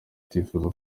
utifuza